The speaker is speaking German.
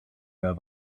der